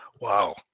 Wow